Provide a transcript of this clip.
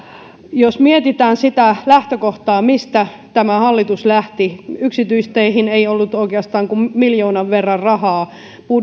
jos mietitään sitä lähtökohtaa mistä tämä hallitus lähti yksityisteihin ei ollut oikeastaan kuin miljoonan verran rahaa